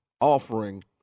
offering